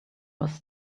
was